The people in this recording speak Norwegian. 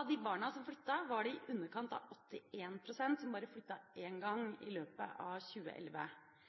Av de barna som flyttet, var det i underkant av 81 pst. som bare flyttet én gang i løpet av 2011.